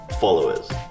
followers